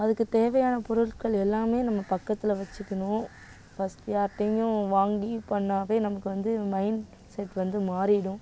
அதுக்கு தேவையான பொருட்கள் எல்லாமே நம்ம பக்கத்தில் வச்சிக்கணும் ஃபஸ்ட்டு யார்கிட்டையும் வாங்கி பண்ணாவே நமக்கு வந்து மைண்ட் செட் வந்து மாறிவிடும்